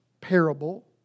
parable